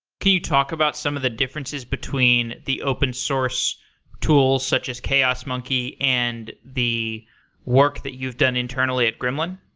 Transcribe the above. can you talk about some of the differences between the open source tools, such as chaos monkey and the work that you've done internally at gremlin?